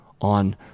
on